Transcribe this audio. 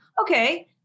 okay